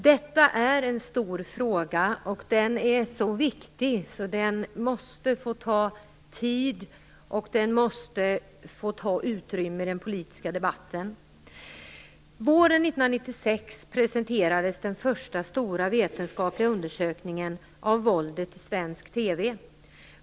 Detta är en stor fråga, och den är så viktig att den måste få ta tid och utrymme i den politiska debatten. Våren 1996 presenterades den första stora vetenskapliga undersökningen av våldet i svensk TV.